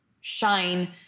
shine